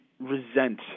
resent